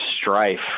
strife